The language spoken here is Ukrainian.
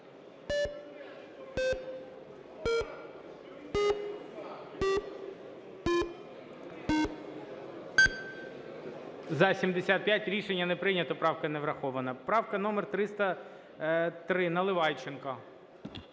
За-75 Рішення не прийнято. Правка не врахована. Правка номер 302, Наливайченко.